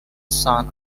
son